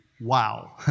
Wow